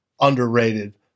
underrated